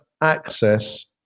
access